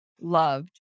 loved